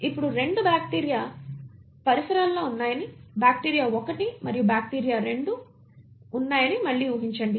ఇప్పుడు 2 బాక్టీరియా పరిసరాల్లో ఉన్నాయని బ్యాక్టీరియా 1 మరియు బ్యాక్టీరియా 2 ఉన్నాయని మళ్లీ ఊహించండి